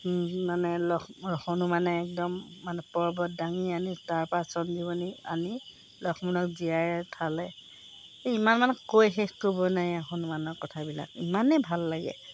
মানে লখ হনুমানে একদম মানে পৰ্বত দাঙি আনি তাৰপৰা সঞ্জিৱনী আনি লক্ষ্মণক জীয়াই উঠালে এই ইমানমান কৈ শেষ কৰিব নাই হনুমানৰ কথাবিলাক ইমানেই ভাল লাগে